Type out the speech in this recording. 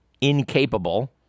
incapable